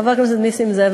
חבר הכנסת נסים זאב,